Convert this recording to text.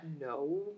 no